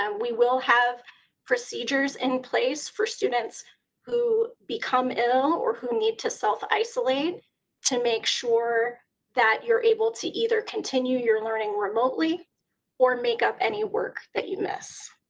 um we will have procedures in place for students who become ill or who need to self-isolate to make sure that you're able to either continue your learning remotely or make up any work you miss.